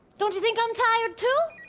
don't you think i'm tired, too?